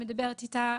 מדברת איתה.